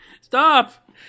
Stop